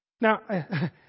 Now